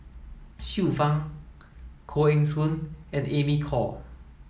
Xiu Fang Koh Eng Hoon and Amy Khor